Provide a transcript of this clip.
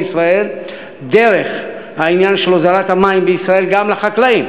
בישראל דרך העניין של הוזלת המים בישראל גם לחקלאים?